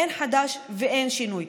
אין חדש ואין שינוי.